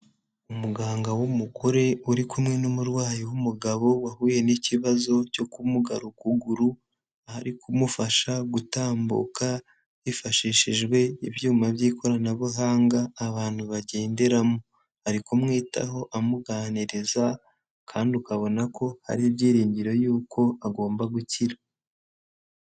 Umuganga w'umugore uri kumwe n'umurwayi w'umugabo wahuye n'ikibazo cyo kumugara ukuguru, ari kumufasha gutambuka hifashishijwe ibyuma by'ikoranabuhanga abantu bagenderamo. Ari kumwitaho amuganiriza kandi ukabona ko hari ibyiringiro yuko agomba gukira.